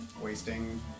wasting